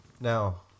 Now